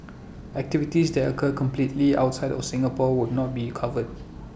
activities that occur completely outside of Singapore would not be covered